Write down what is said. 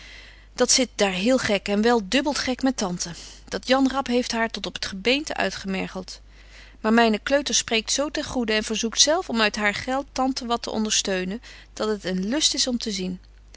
dat zit daar heel gek en wel dubbelt gek met tante dat janrap heeft haar tot op t gebeente uitgemergelt maar myne kleuter spreekt betje wolff en aagje deken historie van mejuffrouw sara burgerhart zo ten goeden en verzoekt zelf om uit haar geld tante wat te ondersteunen dat het een lust is om te zien